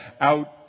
out